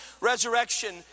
resurrection